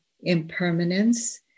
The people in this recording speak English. impermanence